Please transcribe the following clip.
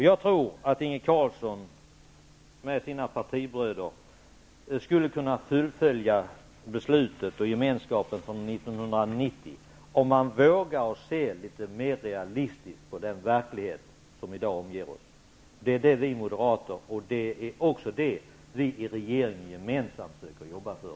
Jag tror att Inge Carlsson och hans partibröder, om de vågade se litet mer realistiskt på den verklighet som vi i dag omges av, skulle kunna fullfölja beslutet från 1990. Det är det Moderaterna och regeringen gemensamt försöker arbeta för.